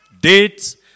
Dates